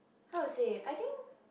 how to say I think